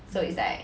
mm